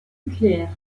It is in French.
nucléaire